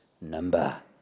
number